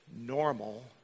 normal